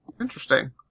interesting